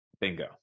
bingo